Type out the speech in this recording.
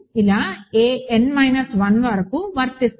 a n 1 వరకు వర్తిస్తుంది